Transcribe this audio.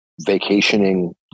vacationing